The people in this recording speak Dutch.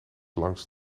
langs